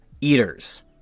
eaters